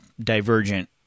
divergent